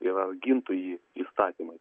ir ar gintų jį įstatymai